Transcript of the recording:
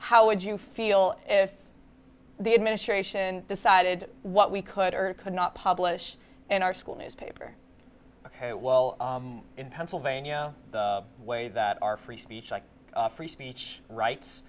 how would you feel if the administration decided what we could or could not publish and our school newspaper ok well in pennsylvania the way that our free speech and free speech rights